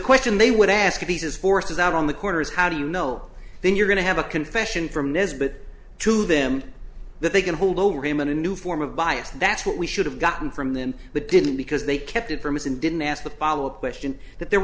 question they would ask jesus forces out on the corner is how do you know then you're going to have a confession from nisbet to them that they can hold over him in a new form of bias that's what we should have gotten from the in the didn't because they kept it from us and didn't ask the follow up question that they